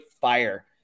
fire